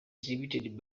distributed